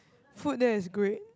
food there is great